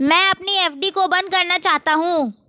मैं अपनी एफ.डी को बंद करना चाहता हूँ